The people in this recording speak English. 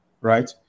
right